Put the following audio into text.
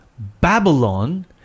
Babylon